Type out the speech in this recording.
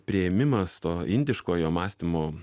priėmimas to indiškojo mąstymo